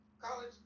college